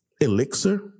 Elixir